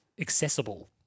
accessible